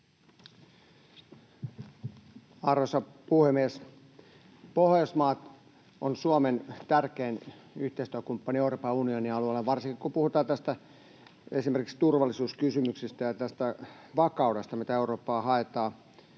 Arvoisa puhemies! Pohjoismaat ovat Suomen tärkein yhteistyökumppani Euroopan unionin alueella, varsinkin kun puhutaan esimerkiksi turvallisuuskysymyksistä ja vakaudesta, mitä Eurooppaan haetaan